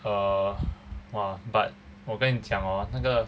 err !wah! but 我跟你讲 hor 那个